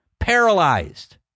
paralyzed